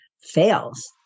fails